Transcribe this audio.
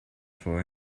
for